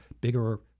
bigger